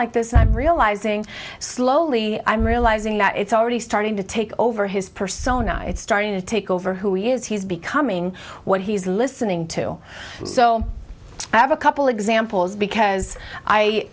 like this i'm realizing slowly i'm realizing that it's already starting to take over his persona it's starting to take over who he is he's becoming what he's listening to so i have a couple examples because i